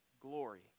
glory